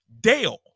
Dale